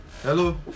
Hello